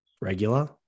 Regular